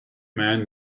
men